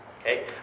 Okay